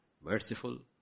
merciful